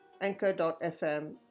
anchor.fm